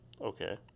Okay